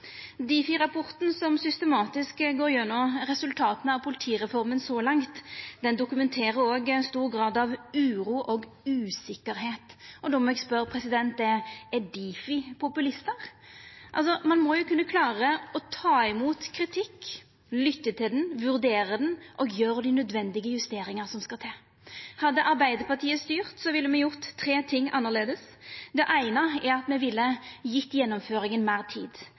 som systematisk går gjennom resultata av politireforma så langt, dokumenterer òg ein stor grad av uro og usikkerheit. Då må eg spørja: Er Difi populistar? Ein må kunna klara å ta imot kritikk og lytta til han, vurdera han og gjera dei justeringane som skal til. Hadde Arbeidarpartiet styrt, ville me gjort tre ting annleis. Det eine er at me ville gjeve gjennomføringa meir tid,